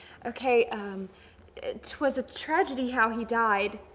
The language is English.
okay ah. twas a tragedy how he died.